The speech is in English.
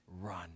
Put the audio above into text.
run